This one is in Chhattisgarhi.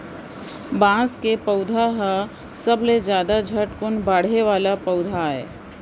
बांस के पउधा ह सबले जादा झटकुन बाड़हे वाला पउधा आय